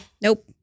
Nope